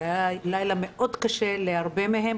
זה היה לילה מאוד קשה להרבה מהם,